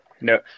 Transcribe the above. No